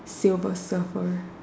silver surfer